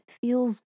feels